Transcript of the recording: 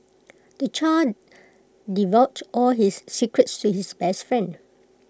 the child divulged all his secrets to his best friend